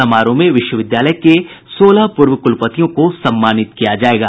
समारोह में विश्वविद्यालय के सोलह पूर्व कुलपतियों को सम्मानित किया जायेगा